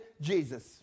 Jesus